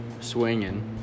swinging